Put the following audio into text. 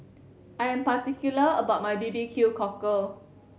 I am particular about my B B Q Cockle